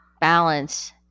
Balance